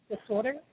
Disorder